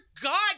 God